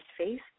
Facebook